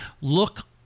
look